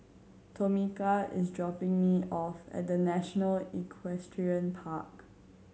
Tomika is dropping me off at The National Equestrian Park